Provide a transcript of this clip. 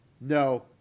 no